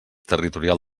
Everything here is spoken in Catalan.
territorial